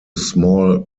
small